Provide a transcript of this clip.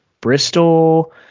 Bristol